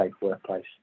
workplace